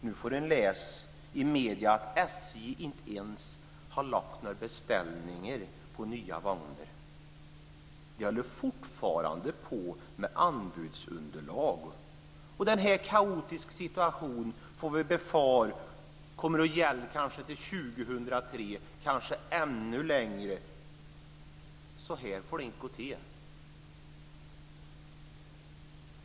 Nu får man läsa i medierna att SJ inte ens har gjort några beställningar på nya vagnar. De håller fortfarande på med anbudsunderlag. Den här kaotiska situationen kan vi befara kommer att gälla kanske till 2003, kanske ännu längre. Så här får det inte gå till.